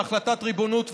בהחלטת ריבונות,